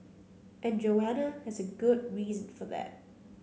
and Joanna has a good reason for that